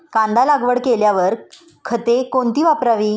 कांदा लागवड केल्यावर खते कोणती वापरावी?